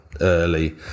early